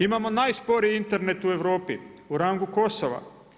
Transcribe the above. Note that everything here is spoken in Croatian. Imamo najsporiji Internet u Europi, u rangu Kosova.